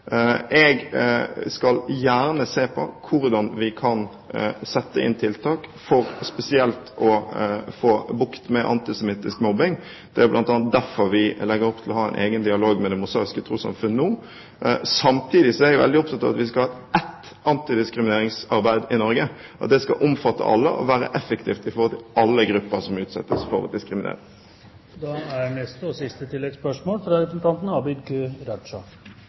Jeg skal gjerne se på hvordan vi kan sette inn tiltak for spesielt å få bukt med antisemittisk mobbing. Det er bl.a. derfor vi legger opp til å ha en egen dialog med Det Mosaiske Trossamfund nå. Samtidig er jeg veldig opptatt av at vi skal ha ett antidiskrimineringsarbeid i Norge, at det skal omfatte alle og være effektivt overfor alle grupper som utsettes for diskriminering. Abid Q. Raja – til oppfølgingsspørsmål. Under opptøyene/demonstrasjonene i desember 2008 og